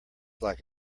like